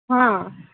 ہاں